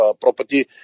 property